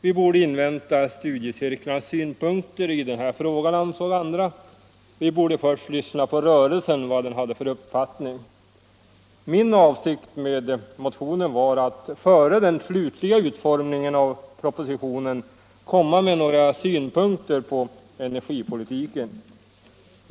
Vi borde invänta studiecirklarnas synpunkter i den här frågan, ansåg andra. Vi borde först lyssna på rörelsen och höra vad den hade för uppfattning. Min avsikt med motionen var att före den slutliga utformningen av propositionen komma med några synpunkter på energipolitiken.